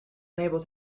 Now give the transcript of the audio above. unable